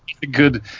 Good